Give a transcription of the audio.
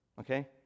okay